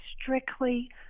strictly